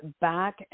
back